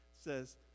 says